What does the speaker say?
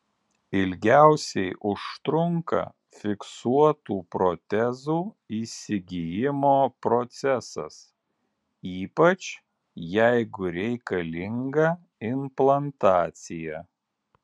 ilgiausiai užtrunka fiksuotų protezų įsigijimo procesas ypač jeigu reikalinga implantacija